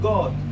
God